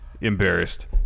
embarrassed